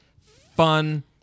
fun